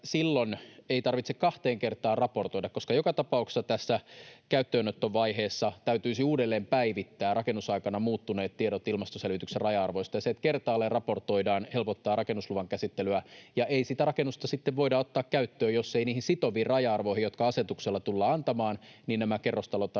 silloin ei tarvitse kahteen kertaan raportoida, koska joka tapauksessa tässä käyttöönottovaiheessa täytyisi uudelleen päivittää rakennusaikana muuttuneet tiedot ilmastoselvityksen raja-arvoista. Se, että kertaalleen raportoidaan, helpottaa rakennusluvan käsittelyä, ja ei sitä rakennusta sitten voida ottaa käyttöön, jos niihin sitoviin raja-arvoihin, jotka asetuksella tullaan antamaan, eivät nämä kerrostalo-